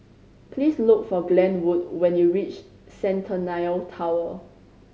please look for Glenwood when you reach Centennial Tower